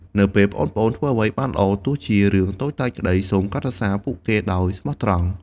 នៅពេលប្អូនៗធ្វើអ្វីបានល្អ ទោះជារឿងតូចតាចក្តី សូមកោតសរសើរពួកគេដោយស្មោះត្រង់។